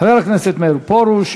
חבר הכנסת מאיר פרוש,